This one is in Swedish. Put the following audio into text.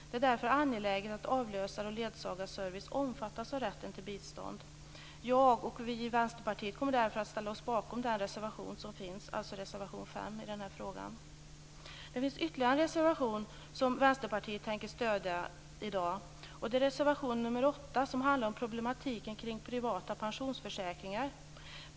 Det är därför angeläget att avlösar och ledsagarservice omfattas av rätten till bistånd. Jag och övriga i Vänsterpartiet kommer därför att ställa oss bakom reservation 5, som gäller just den här frågan. Det finns ytterligare en reservation som vi i Vänsterpartiet i dag tänker stödja. Det gäller reservation 8, som handlar om problematiken kring privata pensionsförsäkringar.